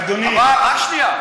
אדוני, רק שנייה.